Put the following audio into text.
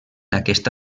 aquesta